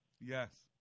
Yes